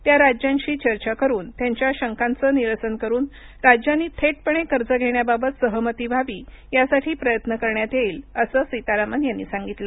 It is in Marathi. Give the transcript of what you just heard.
त्या राज्यांशी चर्चा करून त्यांच्या शंकांचं निरसन करून राज्यांनी थेटपणे कर्ज घेण्याबाबत सहमती व्हावी यासाठी प्रयत्न करण्यात येईल असं सीतारामन यांनी सांगितलं